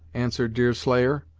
answered deerslayer,